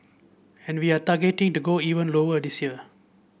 and we are targeting to go even lower this year